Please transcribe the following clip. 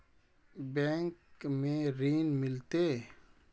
Bank में ऋण मिलते?